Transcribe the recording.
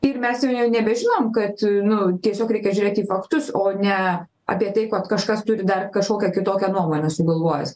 ir mes jau ne nebežinom kad nu tiesiog reikia žiūrėti į faktus o ne apie tai kod kažkas turi dar kažkokią kitokią nuomonę sugalvojęs